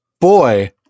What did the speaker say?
boy